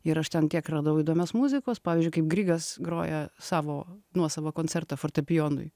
ir aš ten tiek radau įdomios muzikos pavyzdžiui kaip grygas groja savo nuosavą koncertą fortepijonui